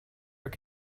were